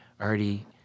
already